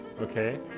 okay